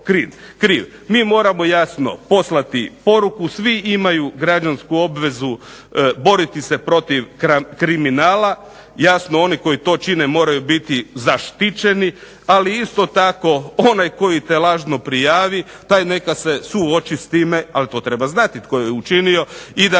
Mi moramo jasno poslati poruku. Svi imaju građansku obvezu boriti se protiv kriminala. Jasno oni koji to čine moraju biti zaštićeni. Ali isto tako onaj koji te lažno prijavi taj neka se suoči s time ali to treba znati tko je učinio i da